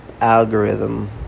algorithm